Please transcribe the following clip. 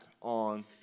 on